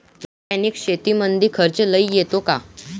रासायनिक शेतीमंदी खर्च लई येतो का?